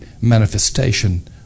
manifestation